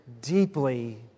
deeply